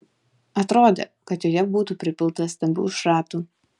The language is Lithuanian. atrodė kad joje būtų pripilta stambių šratų